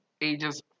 ages